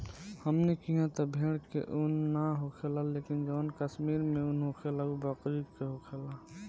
हमनी किहा त भेड़ के उन ना होखेला लेकिन जवन कश्मीर में उन होखेला उ बकरी के होखेला